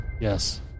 Yes